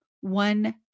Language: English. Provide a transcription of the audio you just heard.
one